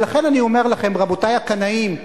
לכן, אני אומר לכם, רבותי הקנאים,